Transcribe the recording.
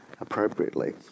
appropriately